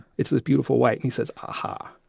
it's this beautiful white, and he says, ah-ha,